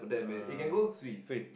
uh swee